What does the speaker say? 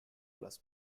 plus